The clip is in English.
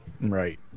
right